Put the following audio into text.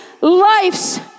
life's